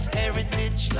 heritage